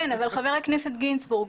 אבל חבר הכנסת גינזבורג,